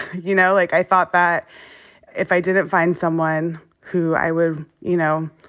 you know, like, i thought that if i didn't find someone who i would, you know,